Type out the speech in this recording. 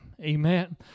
amen